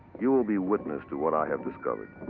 you will be witness to what i have discovered.